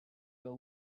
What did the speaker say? will